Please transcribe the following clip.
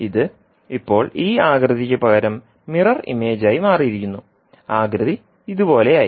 ഇത് ഇപ്പോൾ ഈ ആകൃതിക്ക് പകരം മിറർ ഇമേജായി മാറിയിരിക്കുന്നു ആകൃതി ഇതുപോലെയായി